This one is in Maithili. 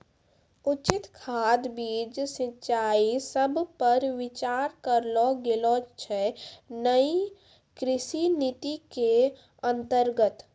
उचित खाद, बीज, सिंचाई सब पर विचार करलो गेलो छै नयी कृषि नीति के अन्तर्गत